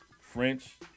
French